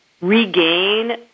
regain